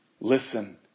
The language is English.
listen